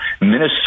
Minnesota